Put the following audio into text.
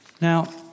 Now